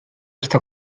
esta